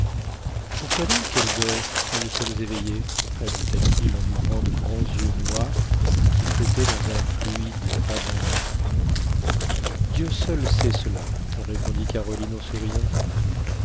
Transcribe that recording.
pourquoi donc qu'elle dort quand nous sommes éveillés ajouta-t-il en ouvrant de grands yeux noirs qui flottaient dans un fluide abondant dieu seul sait cela répondit caroline en souriant